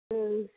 ओम